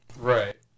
Right